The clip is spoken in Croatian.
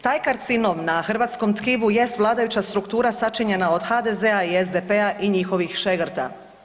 Taj karcinom na hrvatskom tkivu jest vladajuća struktura sačinjena od HDZ-a i SDP-a i njihovih šegrta.